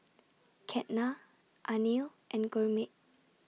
Ketna Anil and Gurmeet